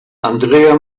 andrea